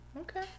okay